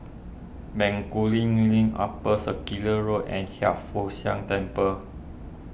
Bencoolen Link Upper Circular Road and Hiang Foo Siang Temple